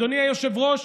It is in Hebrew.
אדוני היושב-ראש,